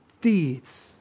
deeds